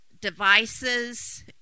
devices